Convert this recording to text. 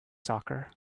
soccer